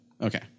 Okay